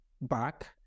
back